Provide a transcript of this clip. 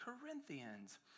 Corinthians